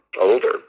older